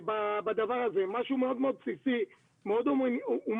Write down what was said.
בדבר הזה, משהו מאוד מאוד בסיסי, מאוד הומניטרי.